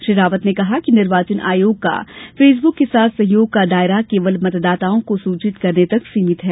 श्री रावत ने कहा कि निर्वाचन आयोग का फेसबुक के साथ सहयोग का दायरा केवल मतदाताओं को सूचित करने तक सीमित है